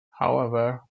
however